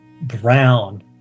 brown